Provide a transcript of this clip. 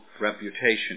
reputation